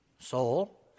Soul